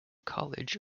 college